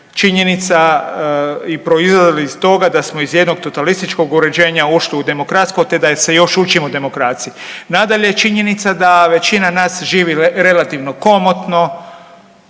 činjenica i proizlazi iz toga da smo iz jednog totalističkog uređenja ušli u demokratsko te da se još učimo demokraciji. Nadalje, činjenica da većina nas živi relativno komotno